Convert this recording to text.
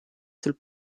sul